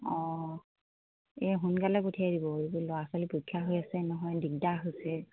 অঁ এই সোনকালে পঠিয়াই দিব এইবোৰ ল'ৰা ছোৱালী পৰীক্ষা হৈ আছে নহয় দিগদাৰ হৈছে